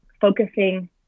focusing